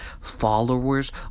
followers